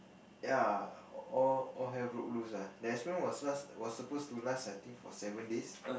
ya all all hell broke loose lah that experiment was last was supposed to last I think for seven days